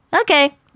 Okay